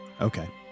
Okay